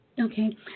Okay